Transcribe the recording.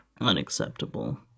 Unacceptable